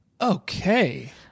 Okay